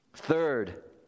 Third